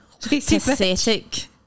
Pathetic